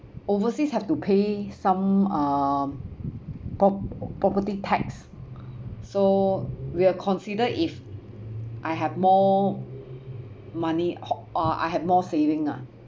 overseas have to pay some uh prop~ property tax so we'll consider if I have more money or or I have more saving ah